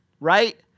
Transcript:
right